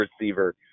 receiver